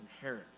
inherit